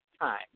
time